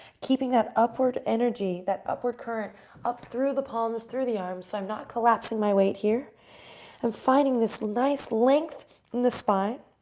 keeping that upward energy, that upward current up through the palms, through the arms, so i'm not collapsing my weight. i'm finding this nice length in the spine.